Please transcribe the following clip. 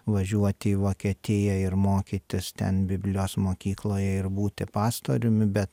važiuoti į vokietiją ir mokytis ten biblijos mokykloj ir būti pastoriumi bet